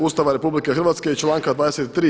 Ustava Republike Hrvatske i članka 23.